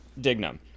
dignum